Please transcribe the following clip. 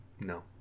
no